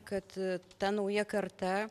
kad ta nauja karta